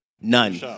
None